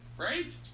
Right